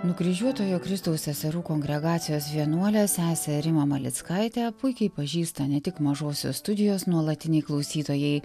nukryžiuotojo kristaus seserų kongregacijos vienuolę sesę rimą maleckaitę puikiai pažįsta ne tik mažosios studijos nuolatiniai klausytojai